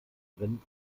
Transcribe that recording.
rennen